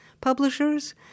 publishers